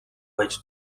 байж